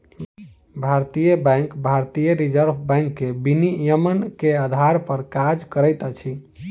भारतीय बैंक भारतीय reserve bank के विनियमन के आधार पर काज करैत अछि